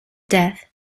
death